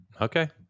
okay